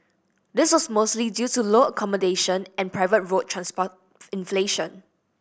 this was mostly due to lower accommodation and private road transport inflation